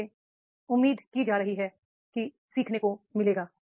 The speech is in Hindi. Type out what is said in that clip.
इसलिए उम्मीद की जा रही है कि सीखने को मिलेगा